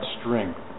strength